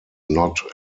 not